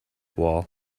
wall